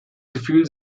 gefühl